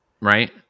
right